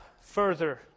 further